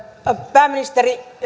pääministeri